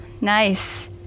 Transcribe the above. nice